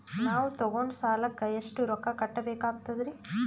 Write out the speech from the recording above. ನಾವು ತೊಗೊಂಡ ಸಾಲಕ್ಕ ಎಷ್ಟು ರೊಕ್ಕ ಕಟ್ಟಬೇಕಾಗ್ತದ್ರೀ?